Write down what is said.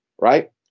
right